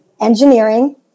engineering